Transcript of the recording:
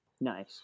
Nice